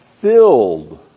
filled